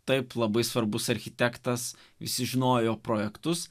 taip labai svarbus architektas visi žinojo projektus